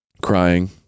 crying